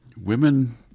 women